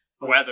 Weather